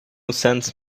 sense